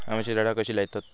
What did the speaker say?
आम्याची झाडा कशी लयतत?